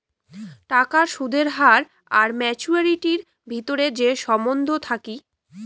টাকার সুদের হার আর মাচুয়ারিটির ভিতরে যে সম্বন্ধ থাকি